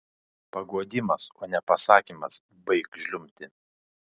paguodimas o ne pasakymas baik žliumbti